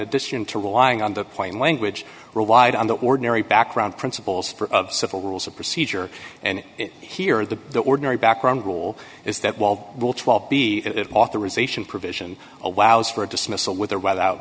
addition to relying on the plain language relied on the ordinary background principles for of simple rules of procedure and here the ordinary background rule is that while will twelve the authorization provision allows for a dismissal with or without